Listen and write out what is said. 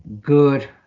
good